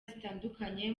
zitandukanye